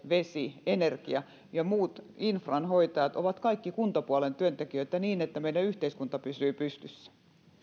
vesi energia ja muun infran hoitajat ovat kaikki kuntapuolen työntekijöitä ja kriittisiä siinä että meidän yhteiskunta pysyy pystyssä